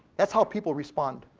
that's how people respond.